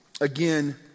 again